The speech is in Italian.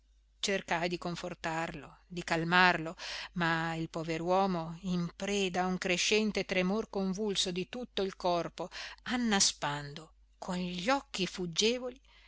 cercai di confortarlo di calmarlo ma il pover uomo in preda a un crescente tremor convulso di tutto il corpo annaspando con gli occhi fuggevoli